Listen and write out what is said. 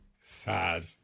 Sad